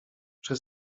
czy